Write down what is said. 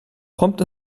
kommt